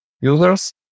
users